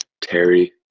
Terry